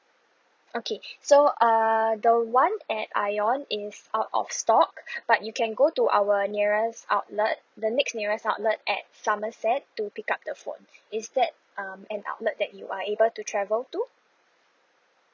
okay so err the one at ion is out of stock but you can go to our nearest outlet the next nearest outlet at somerset to pick up the phone is that um an outlet that you are able to travel to